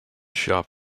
shop